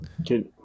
Okay